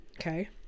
Okay